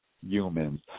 humans